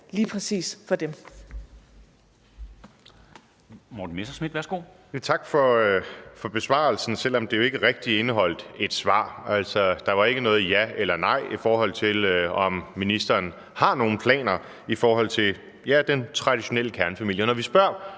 lige præcis for dem.